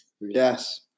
Yes